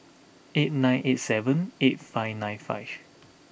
eight nine eight seven eight five nine five